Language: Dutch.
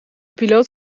piloot